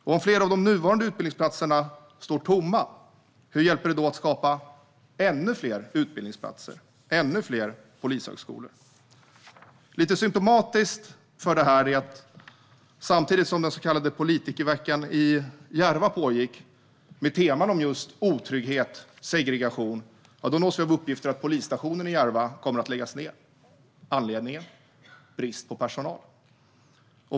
Hur hjälper det att skapa ännu fler utbildningsplatser och ännu fler polishögskolor om flera av de nuvarande utbildningsplatserna står tomma? Lite symtomatiskt för detta är att samtidigt som den så kallade politikerveckan i Järva pågick, med teman som otrygghet och segregation, nåddes vi av uppgifter om att polisstationen i Järva kommer att läggas ned. Anledningen är brist på personal.